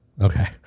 Okay